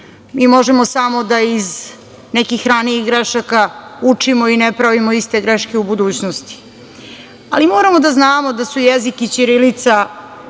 mi možemo samo da iz nekih ranijih grešaka učimo u ne pravimo iste greške u budućnosti, ali moramo da znamo da su jezik i ćirilica